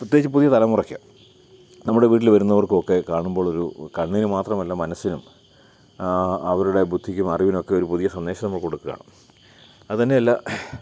പ്രത്യേകിച്ച് പുതിയ തലമുറയ്ക്ക് നമ്മുടെ വീട്ടിൽ വരുന്നവർക്കൊക്കെ കാണുമ്പോഴൊരു കണ്ണിന് മാത്രമല്ല മനസ്സിനും അവരുടെ ബുദ്ധിക്കും അറിവിനുമൊക്കെയൊരു പുതിയ സന്ദേശം നമ്മൾ കൊടുക്കുകയാണ് അതിനെല്ലാ